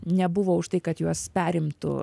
nebuvo už tai kad juos perimtų